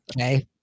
Okay